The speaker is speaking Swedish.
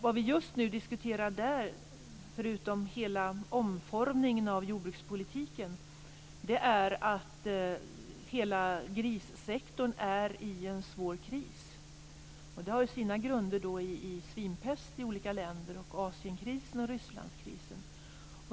Det vi just nu diskuterar där, förutom hela omformningen av jordbrukspolitiken, är att hela grissektorn är i en svår kris. Det har sina grunder i svinpest i olika länder, i Asienkrisen och i Rysslandskrisen.